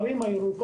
אדומות?